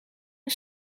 een